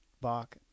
Bach